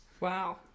Wow